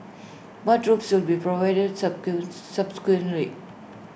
bathrobes will be provided subsequently